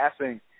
passing